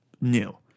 new